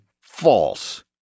false